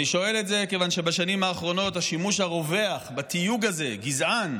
אני שואל את זה כיוון שבשנים האחרונות השימוש הרווח בתיוג הזה "גזען"